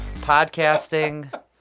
podcasting